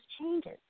changes